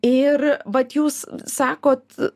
ir vat jūs sakot